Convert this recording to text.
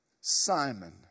Simon